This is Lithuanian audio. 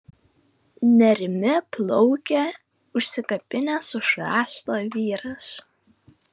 nerimi plaukia užsikabinęs už rąsto vyras